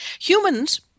Humans